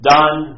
Done